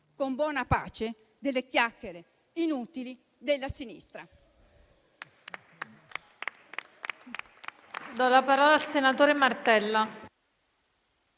con buona pace delle chiacchiere inutili della sinistra.